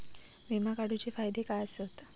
विमा काढूचे फायदे काय आसत?